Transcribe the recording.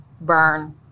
burn